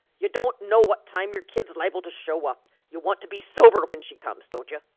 yuh don't know what time your kid's liable to show up. yuh want to be sober when she comes, don't yuh?